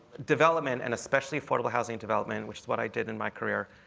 development, and especially affordable housing development, which is what i did in my career,